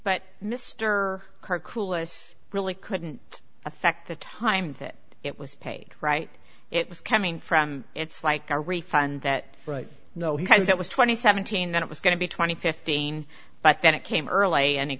kulis really couldn't affect the time that it was paid right it was coming from it's like a refund that right no he has it was twenty seventeen then it was going to be twenty fifteen but then it came early an